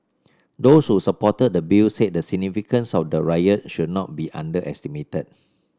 those who supported the bill said the significance of the riot should not be underestimated